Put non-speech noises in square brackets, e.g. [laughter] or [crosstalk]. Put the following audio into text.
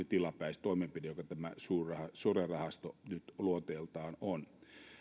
[unintelligible] tilapäistoimenpiteellä joka tämä sure rahasto nyt luonteeltaan on